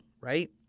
right